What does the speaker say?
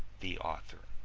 the author